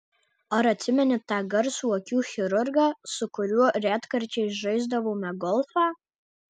ar atsimeni tą garsų akių chirurgą su kuriuo retkarčiais žaisdavome golfą